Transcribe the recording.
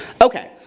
Okay